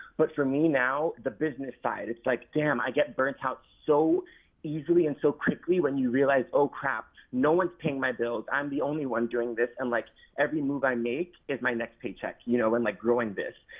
but for me now, business side. it's like damn, i get burnt out so easily and so quickly when you realize, oh crap, no one is paying my bills. i'm the only one doing this and like every move i make is my next paycheck you know and like growing this.